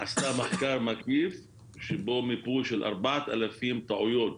עשתה מחקר מקיף שבו מיפוי של ארבעת אלפים טעויות,